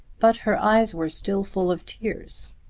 but her eyes were still full of tears,